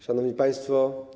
Szanowni Państwo!